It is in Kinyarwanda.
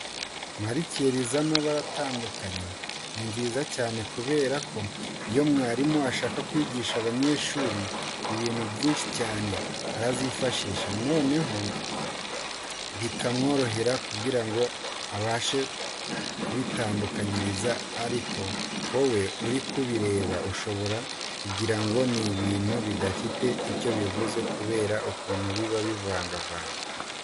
Marikeri z'amabara atandukanye ni nziza cyane kubera ko iyo mwarimu ashaka kwigisha abanyeshuri ibintu byinshi cyane arazifashisha, noneho bikamworohera kugira ngo abashe kubibatandukanyiriza ariko wowe uri kubireba ushobora kugira ngo ni ibintu bidafite icyo bivuze kubera ukuntu biba bivangavanze.